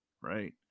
right